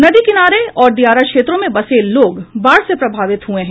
नदी किनारे और दियारा क्षेत्रों में बसे लोग बाढ़ से प्रभावित हुए हैं